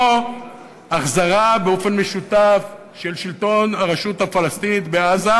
או החזרה באופן משותף של שלטון הרשות הפלסטינית בעזה,